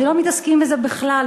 שלא מתעסקים בזה בכלל,